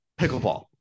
Pickleball